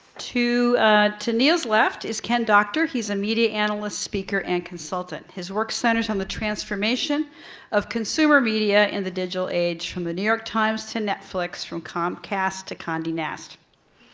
to to neil's left is ken doctor. he's a media analyst, speaker, and consultant. his work centers on the transformation of consumer media in the digital age from the new york times to netflix, from comcast to conde nast.